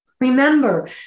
Remember